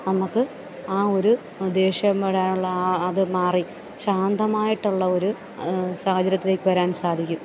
നമുക്ക് ആ ഒരു ദേഷ്യം വരാനുള്ള ആ അത് മാറി ശാന്തമായിട്ടുള്ള ഒരു സാഹചര്യത്തിലേക്ക് വരാൻ സാധിക്കും